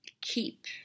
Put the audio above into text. keep